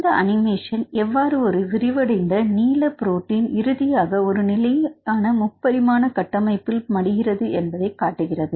இந்த அனிமேஷன் எவ்வாறு ஒரு விரிவடைந்த நீள புரோட்டின் இறுதியாக ஒரு நிலையான முப்பரிமாண கட்டமைப்பில் மடிகிறது என்பதை காட்டுகிறது